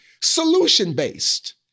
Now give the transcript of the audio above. Solution-based